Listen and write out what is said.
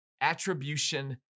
attribution